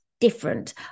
different